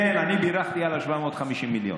כן, אני בירכתי על ה-750 מיליון.